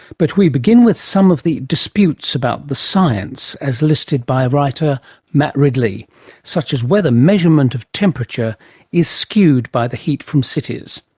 but we begin with some of the disputes about the science as listed by writer matt ridley such as whether measurement of temperature is skewed by the heat from cities.